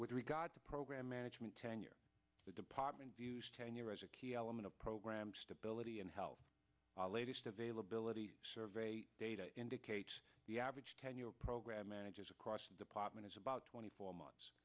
with regard to program management tenure the department views tenure as a key element of program stability and how our latest availability survey data indicates the average tenure program managers across the department is about twenty four months